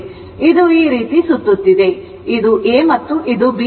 ಇದು ಈ ರೀತಿ ಸುತ್ತುತ್ತಿದೆ ಇದು A ಮತ್ತು ಇದು B